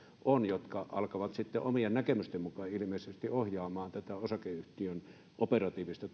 on jotka alkavat sitten omien näkemysten mukaan ilmeisesti ohjaamaan tätä osakeyhtiön operatiivista